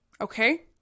Okay